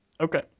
Okay